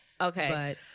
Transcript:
okay